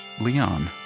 Leon